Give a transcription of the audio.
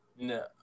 No